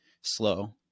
slow